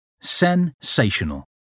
Sensational